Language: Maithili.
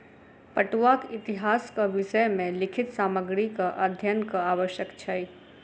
पटुआक इतिहासक विषय मे लिखित सामग्रीक अध्ययनक आवश्यक छै